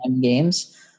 games